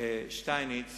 שטייניץ